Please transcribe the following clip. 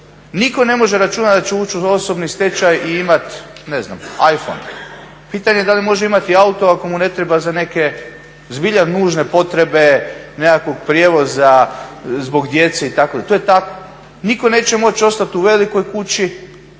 Nitko ne može računati da će ući u osobni stečaj i imati ne znam iPhone. Pitanje je da li može imati auto ako mu ne treba za neke zbilja nužne potrebe nekakvog prijevoza zbog djece itd. To je tako. Nitko neće moći ostati u velikoj kući